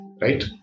right